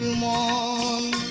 mall